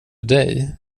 dig